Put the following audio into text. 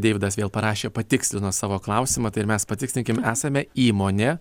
deividas vėl parašė patikslino savo klausimą tai ir mes patikslinkim esame įmonė